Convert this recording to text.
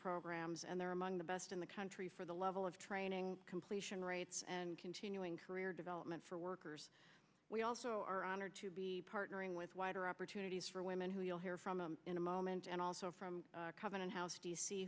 programs and they're among the best in the country for the level of training completion rates and continuing career development for workers we also are honored to be partnering with wider opportunities for women who you'll hear from him in a moment and also from covenant house to